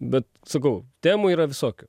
bet sakau temų yra visokių